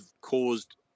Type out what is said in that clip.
caused